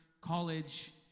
college